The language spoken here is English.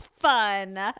fun